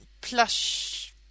plush